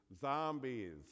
Zombies